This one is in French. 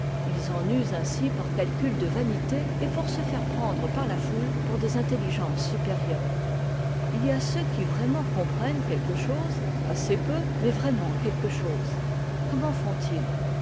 ils en usent ainsi par calcul de vanité et pour se faire prendre par la foule pour des intelligences supérieures il y a ceux qui vraiment comprennent quelque chose assez peu mais vraiment quelque chose comment font-ils